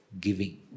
giving